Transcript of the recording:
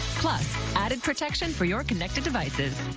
plus, added protection for your connected devices.